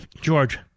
George